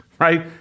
Right